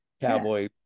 cowboy